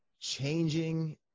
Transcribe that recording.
changing